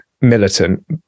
militant